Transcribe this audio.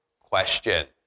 question